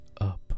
up